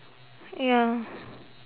ya